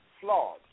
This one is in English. flawed